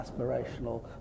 aspirational